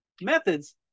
methods